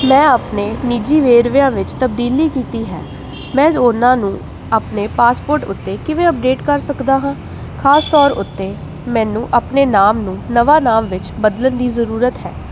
ਮੈਂ ਆਪਣੇ ਨਿੱਜੀ ਵੇਰਵਿਆਂ ਵਿੱਚ ਤਬਦੀਲੀ ਕੀਤੀ ਹੈ ਮੈਂ ਉਨ੍ਹਾਂ ਨੂੰ ਆਪਣੇ ਪਾਸਪੋਰਟ ਉੱਤੇ ਕਿਵੇਂ ਅਪਡੇਟ ਕਰ ਸਕਦਾ ਹਾਂ ਖਾਸ ਤੌਰ ਉੱਤੇ ਮੈਨੂੰ ਆਪਣੇ ਨਾਮ ਨੂੰ ਨਵਾਂ ਨਾਮ ਵਿੱਚ ਬਦਲਣ ਦੀ ਜ਼ਰੂਰਤ ਹੈ